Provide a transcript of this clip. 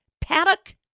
paddock